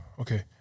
Okay